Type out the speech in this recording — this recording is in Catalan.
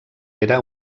era